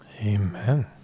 Amen